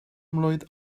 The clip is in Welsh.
mlwydd